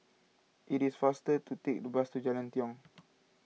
it is faster to take the bus to Jalan Tiong